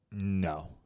No